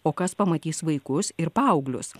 o kas pamatys vaikus ir paauglius